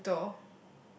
brutal